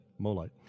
Molite